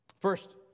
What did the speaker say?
First